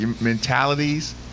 mentalities